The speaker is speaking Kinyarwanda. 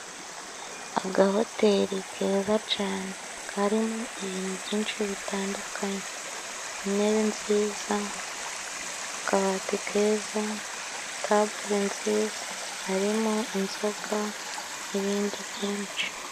Agahoteri keza cane karimo ibintu byinshi bitandukanye. Intebe nziza, akabati keza, tabure nziza, harimo inzoga n'ibindi byinshi.